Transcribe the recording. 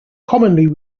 commonly